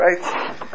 right